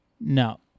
no